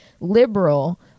liberal